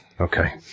Okay